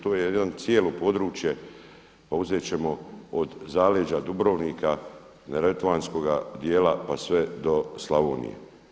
To je jedno cijelo područje, pa uzet ćemo od zaleđa Dubrovnika, neretvanskoga dijela pa sve do Slavonije.